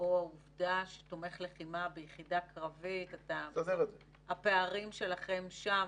או העובדה שתומך לחמה ביחידה קרבית הפערים שלכם שם,